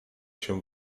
się